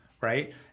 right